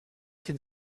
can